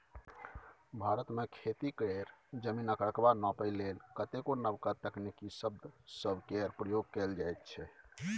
भारत मे खेती केर जमीनक रकबा नापइ लेल कतेको नबका तकनीकी शब्द सब केर प्रयोग कएल जाइ छै